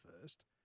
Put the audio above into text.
first